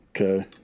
Okay